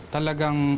Talagang